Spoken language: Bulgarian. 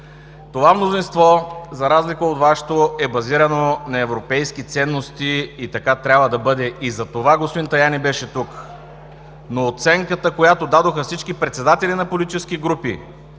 Това мнозинство, за разлика от Вашето, е базирано на европейски ценности и така трябва да бъде. Затова господин Таяни беше тук. Но оценката, която дадоха всички председатели на политически групи,